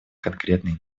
конкретные